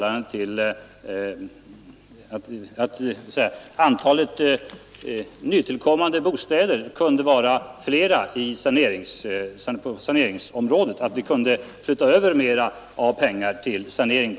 Antalet nytillkommande bostäder kunde vara större på saneringsområdet; vi borde flytta över mer pengar till sanering.